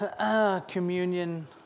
Communion